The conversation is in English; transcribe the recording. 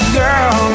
girl